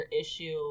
issue